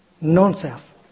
non-self